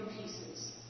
pieces